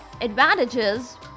advantages